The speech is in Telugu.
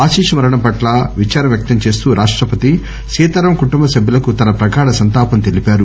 అశిష్ మరణం పట్ల విదారం వ్యక్తం చేస్తూ రాష్ట్రపతి సీతారాం కుటుంబ సభ్యులకు తన ప్రగాఢ సంతాపం తెలిపారు